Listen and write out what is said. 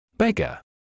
Beggar